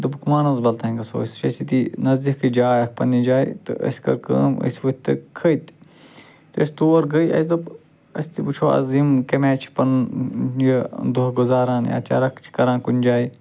دوٚپُکھ مانَسبَل تام گَژھو أسۍ سُہ چھُ اَسہِ ییٚتی نزدیٖکٕے جاے اکھ پنٛنہِ جایہِ تہٕ اَسہِ کٔر کٲم أسۍ ؤتھۍ تہٕ کھٔتۍ یُتھُے أسۍ تور گٔے اَسہِ دوٚپ أسۍ تہِ وٕچھو آز یِم کَمہِ آے چھِ پَنُن یہِ دۄہ گُزاران یا چَرکھ چھِ کَران کُنہِ جایہِ